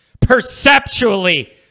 Perceptually